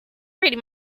pretty